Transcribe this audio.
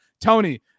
Tony